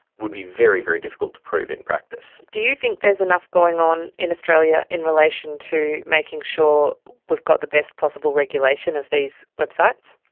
would be very, very difficult to prove in practice. do you think there is enough going on in australia in relation to making sure we've got the best possible regulation of these websites?